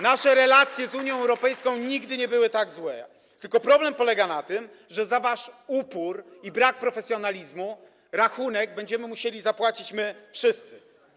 Nasze relacje z Unią Europejską nigdy nie były tak złe, tylko problem polega na tym, że za wasz upór i brak profesjonalizmu rachunek będziemy musieli zapłacić my wszyscy.